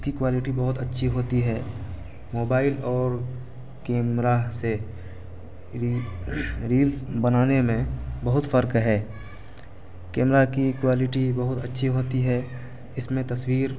اس کی کوالٹی بہت اچھی ہوتی ہے موبائل اور کیمرہ سے ریل ریلس بنانے میں بہت فرق ہے کیمرہ کی کوالٹی بہت اچھی ہوتی ہے اس میں تصویر